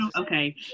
Okay